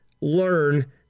learn